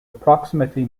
approximately